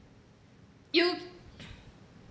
you